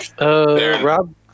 Rob